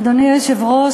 אדוני היושב-ראש,